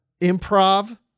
improv